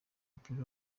w’umupira